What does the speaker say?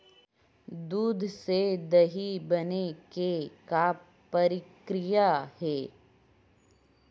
दूध से दही बने के का प्रक्रिया हे?